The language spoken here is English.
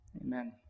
Amen